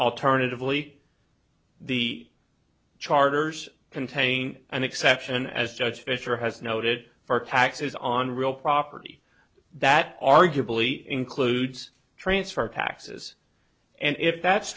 alternatively the charters containing an exception as judge fischer has noted for taxes on real property that arguably includes transfer taxes and if that's